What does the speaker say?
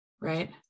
right